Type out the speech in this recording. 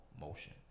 motion